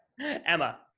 Emma